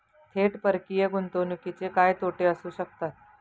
थेट परकीय गुंतवणुकीचे काय तोटे असू शकतात?